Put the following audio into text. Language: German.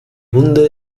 hunde